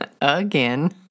again